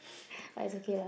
but it's okay lah